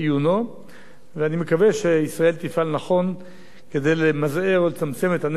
אני מקווה שישראל תפעל נכון כדי למזער או לצמצם את הנזק מוועדה זאת,